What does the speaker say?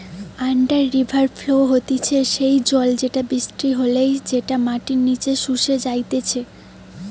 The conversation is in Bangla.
আন্ডার রিভার ফ্লো হতিছে সেই জল যেটা বৃষ্টি হলে যেটা মাটির নিচে শুষে যাইতিছে